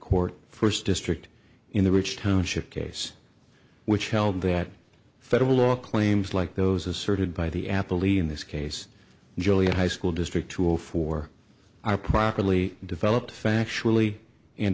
court first district in the rich township case which held that federal law claims like those asserted by the apple lead in this case julian high school district tool for are properly developed factually and